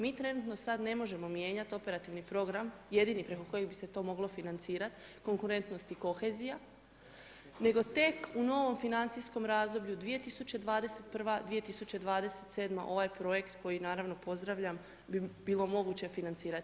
Mi trenutno sada ne možemo mijenjati operativni program, jedini preko kojeg se to moglo financirati, konkurentnost i kohezija, nego tek u novom financijskom razdoblju 20201.-2027. ovaj projekt koji naravno pozdravljam bi bilo moguće financirati.